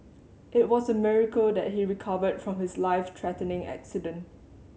it was a miracle that he recovered from his life threatening accident